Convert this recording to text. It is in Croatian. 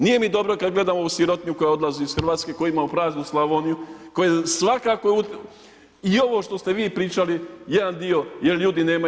Nije mi dobro kada gledam ovu sirotinju koja odlazi iz Hrvatske koji, imamo praznu Slavoniju, koja svakako i ovo što ste vi pričali je jedan dio jer ljudi nemaju.